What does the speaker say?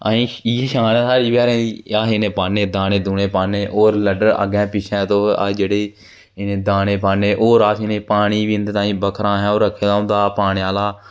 आहें इ'यै शान ऐ आहीं बचैरें दी आहीं इ'नेंगी पाने दाने दुने पाने होर लट्टर पट्टर पाने दाने पांने होर आहें इ'नेंगी पानी बक्खराआहें ओह् रक्खेदा होंदा ओह् पाने आह्ला